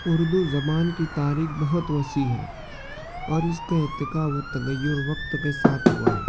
اردو زبان کی تاریخ بہت وسیع ہے اور اس کے ارتقا و تغیر وقت کے ساتھ ہوا ہے